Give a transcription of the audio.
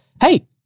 hey